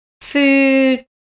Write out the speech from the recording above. food